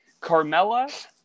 Carmella